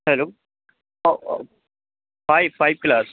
hello five five class